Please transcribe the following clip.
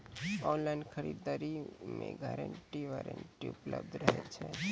Online खरीद दरी मे गारंटी वारंटी उपलब्ध रहे छै?